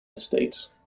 estate